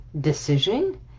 decision